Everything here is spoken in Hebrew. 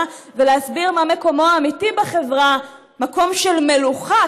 ולהסביר מה מקומו האמיתי בחברה: מקום של מלוכה,